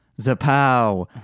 zapow